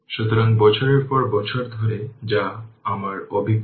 সুতরাং 4 বাই 8 তাই τ 05 সেকেন্ড